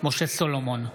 משה סולומון,